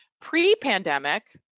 Pre-pandemic